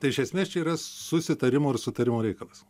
tai iš esmės čia yra susitarimo ir sutarimo reikalas